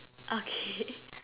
okay